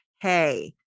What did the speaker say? hey